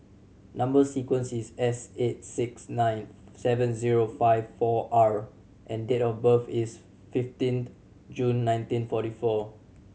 number sequence is S eight six nine seven zero five four R and date of birth is fifteenth June nineteen forty four